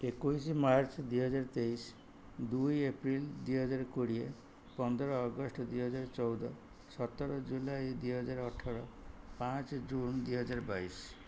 ଏକୋଇଶି ମାର୍ଚ୍ଚ ଦୁଇହଜାର ତେଇଶି ଦୁଇ ଏପ୍ରିଲ ଦୁଇହଜାର କୋଡ଼ିଏ ପନ୍ଦର ଅଗଷ୍ଟ ଦୁଇହଜାର ଚଉଦ ସତର ଜୁଲାଇ ଦୁଇହଜାର ଅଠର ପାଞ୍ଚ ଜୁନ ଦୁଇହଜାର ବାଇଶି